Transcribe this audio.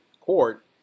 court